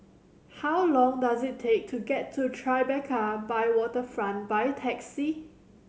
how long does it take to get to Tribeca by Waterfront by taxi